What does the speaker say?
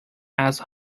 ice